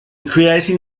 creating